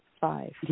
five